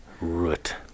Root